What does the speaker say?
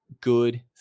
good